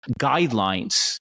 guidelines